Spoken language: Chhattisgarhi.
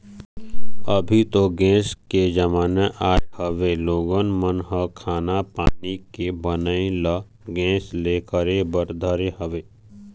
अभी तो गेस के जमाना आय हवय लोगन मन ह खाना पीना के बनई ल गेस ले करे बर धरे हवय